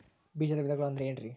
ಬೇಜದ ವಿಧಗಳು ಅಂದ್ರೆ ಏನ್ರಿ?